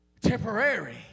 temporary